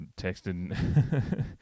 texted